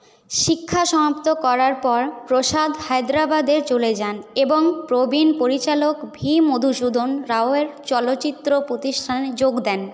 শিক্ষা সমাপ্ত করার পর প্রসাদ হায়দ্রাবাদে চলে যান এবং প্রবীণ পরিচালক ভি মধুসূধন রাওয়ের চলচ্চিত্র প্রতিষ্ঠানে যোগ দেন